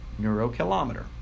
neurokilometer